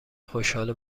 خوشحال